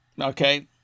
Okay